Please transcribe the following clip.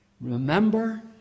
Remember